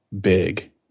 big